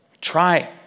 Try